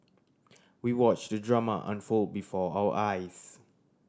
we watch the drama unfold before our eyes